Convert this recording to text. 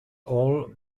all